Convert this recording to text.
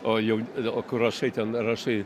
o jau o kur rašai ten rašai